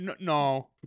No